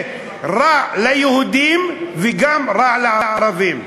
וזה רע ליהודים וגם רע לערבים.